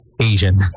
Asian